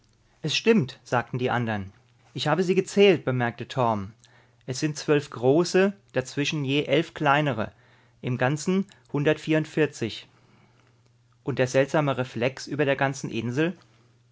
es stimmt sagten die andern ich habe sie gezählt bemerkte torm es sind zwölf große dazwischen je elf kleinere im ganzen hundertvierundvierzig und der seltsame reflex über der ganzen insel